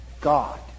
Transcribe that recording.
God